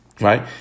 right